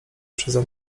przeze